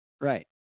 Right